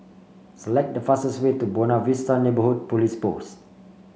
select the fastest way to Buona Vista Neighbourhood Police Post